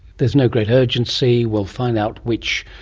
there's no great urgency, we'll find out which,